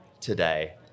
today